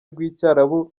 rw’icyarabu